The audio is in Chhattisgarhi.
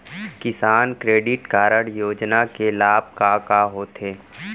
किसान क्रेडिट कारड योजना के लाभ का का होथे?